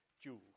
jewels